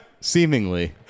Seemingly